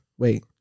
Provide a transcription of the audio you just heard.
Wait